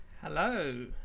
hello